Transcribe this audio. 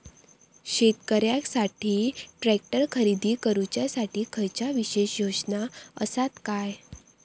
शेतकऱ्यांकसाठी ट्रॅक्टर खरेदी करुच्या साठी खयच्या विशेष योजना असात काय?